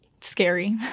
scary